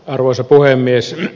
arvoisa puhemies